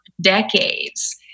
decades